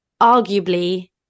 arguably